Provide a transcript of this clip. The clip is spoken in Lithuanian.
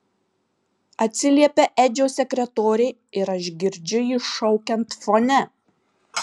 atsiliepia edžio sekretorė ir aš girdžiu jį šaukiant fone